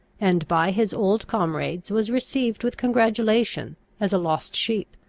and by his old comrades was received with congratulation as a lost sheep.